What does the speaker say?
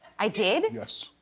i did? yes.